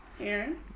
Aaron